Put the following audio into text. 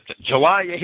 July